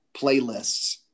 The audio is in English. playlists